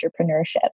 entrepreneurship